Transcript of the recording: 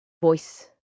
voice